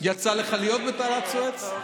יצא לך להיות בתעלת סואץ?